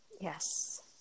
Yes